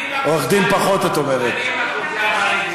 אני מהקבוצה הזו, אני מהאוכלוסייה החרדית.